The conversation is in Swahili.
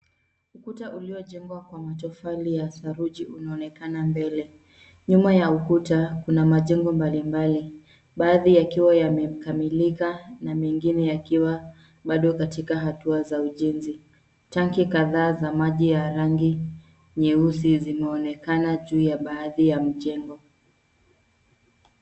Ukuta uliojengwa kwa matofali ya saruji unaonekana mbele. Nyuma ya ukuta, kuna majengo mbalimbali, baadhi yakiwa yamekamilika na mengine yakiwa bado katika hatua za ujenzi. Tangi kadhaa za maji ya rangi nyeusi zinaonekana juu ya baadhi za mjengo.